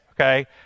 okay